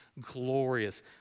glorious